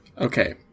Okay